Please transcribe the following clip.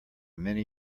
many